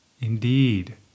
Indeed